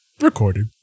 recorded